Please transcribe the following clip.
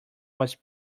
was